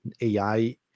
AI